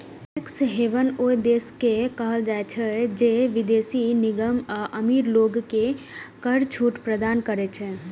tax haven ओइ देश के कहल जाइ छै, जे विदेशी निगम आ अमीर लोग कें कर छूट प्रदान करै छै